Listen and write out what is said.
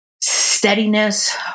steadiness